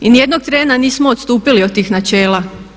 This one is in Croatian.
I nijednog trena nismo odstupili od tih načela.